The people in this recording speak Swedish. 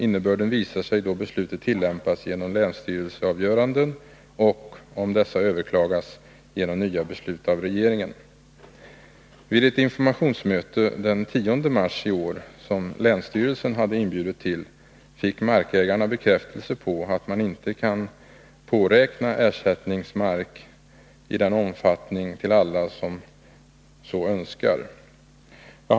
Innebörden visar sig då beslutet tillämpas genom länsstyrelseavgöranden och — om dessa överklagas — genom nya beslut av regeringen.” Vid ett informationsmöte den 10 mars i år, som länsstyrelsen hade inbjudit till, fick markägarna bekräftelse på att man inte kan påräkna ersättningsmark till alla som önskar sådan.